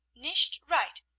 nicht right